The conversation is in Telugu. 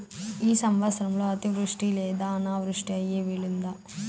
ఈ సంవత్సరంలో అతివృష్టి లేదా అనావృష్టి అయ్యే వీలుందా?